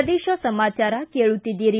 ಪ್ರದೇಶ ಸಮಾಚಾರ ಕೇಳುತ್ತಿದ್ದೀರಿ